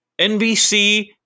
NBC